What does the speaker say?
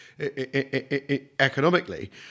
economically